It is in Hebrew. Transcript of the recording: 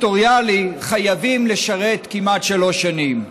סקטוריאלי, חייבים לשרת כמעט שלוש שנים,